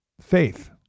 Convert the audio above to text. faith